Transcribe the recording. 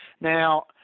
Now